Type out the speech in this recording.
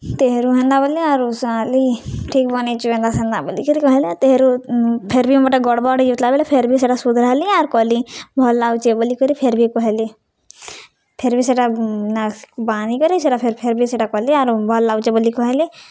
ତେହରୁ ହେନ୍ତା ବୋଲି ଆରୁ ସୁଆଁଲି ଠିକ୍ ବନେଇଚୁ ହେନ୍ତା ସେନ୍ତା ବୋଲିକରି କହେଲେ ତେହରୁ ଫେର୍ ବି ମର୍ଟା ଗଡ଼୍ବଡ଼୍ ହେଇଯାଉଥିଲା ବେଲେ ଫେର୍ ବି ସେଟା ସୁଧ୍ରାଲି ଆର୍ କଲି ଭଲ୍ ଲାଗୁଚେ ବୋଲିକରି ଫେର୍ ବି କହେଲେ ଫେର୍ ବି ସେଟା ବାହାନିକରି ସେଟା ଫେର୍ ଫେର୍ ବି ସେଟା କଲି ଆରୁ ଭଲ୍ ଲାଗୁଚେ ବଲି କହେଲେ